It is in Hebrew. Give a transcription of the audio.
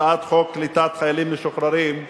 הצעת חוק קליטת חיילים משוחררים,